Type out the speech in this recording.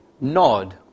Nod